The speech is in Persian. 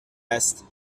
است